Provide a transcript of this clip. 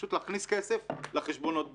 פשוט להכניס כסף לחשבונות בנק.